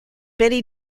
many